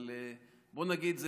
אבל בוא נגיד,